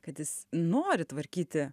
kad jis nori tvarkyti